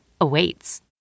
awaits